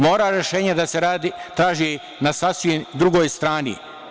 Mora rešenje da se radi traži na sasvim drugoj strani.